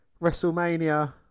Wrestlemania